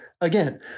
Again